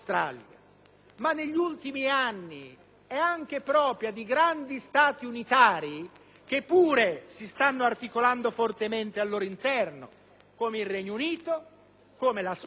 ma negli ultimi anni è diventata propria anche di grandi Stati unitari che pure si stanno articolando fortemente al loro interno, come il Regno Unito, la Spagna,